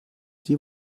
die